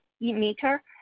meter